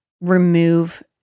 remove